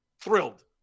thrilled